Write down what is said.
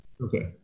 Okay